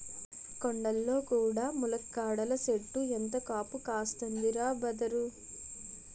కొండల్లో కూడా ములక్కాడల సెట్టు ఎంత కాపు కాస్తందిరా బదరూ